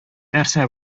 нәрсә